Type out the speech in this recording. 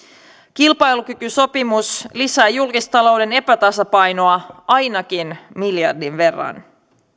kilpailukykysopimus lisää julkistalouden epätasapainoa ainakin miljardin verran